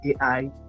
AI